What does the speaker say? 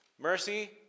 Mercy